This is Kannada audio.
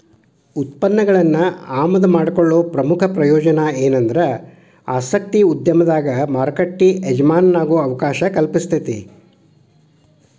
ಉತ್ಪನ್ನಗಳನ್ನ ಆಮದು ಮಾಡಿಕೊಳ್ಳೊ ಪ್ರಮುಖ ಪ್ರಯೋಜನ ಎನಂದ್ರ ಆಸಕ್ತಿಯ ಉದ್ಯಮದಾಗ ಮಾರುಕಟ್ಟಿ ಎಜಮಾನಾಗೊ ಅವಕಾಶ ಕಲ್ಪಿಸ್ತೆತಿ